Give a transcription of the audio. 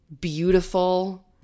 beautiful